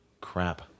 crap